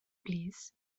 plîs